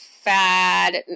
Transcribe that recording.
fad